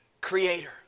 Creator